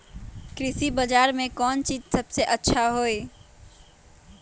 कृषि बजार में कौन चीज सबसे अच्छा होई?